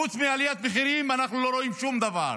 חוץ מעליית מחירים אנחנו לא רואים שום דבר.